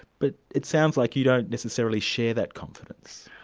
but it sounds like you don't necessarily share that confidence.